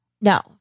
no